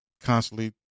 constantly